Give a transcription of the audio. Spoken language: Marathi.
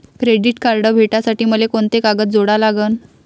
क्रेडिट कार्ड भेटासाठी मले कोंते कागद जोडा लागन?